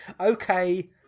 Okay